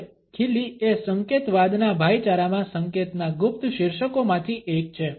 હવે ખીલી એ સંકેતવાદના ભાઈચારામાં સંકેતના ગુપ્ત શીર્ષકોમાંથી એક છે